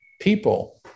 people